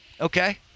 Okay